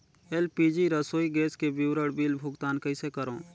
LPG रसोई gas के विवरण बिल भुगतान कइसे करों?